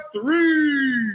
Three